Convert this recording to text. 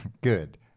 Good